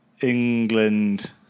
England